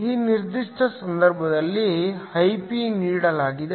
ಈ ನಿರ್ದಿಷ್ಟ ಸಂದರ್ಭದಲ್ಲಿ Ip ನೀಡಲಾಗಿದೆ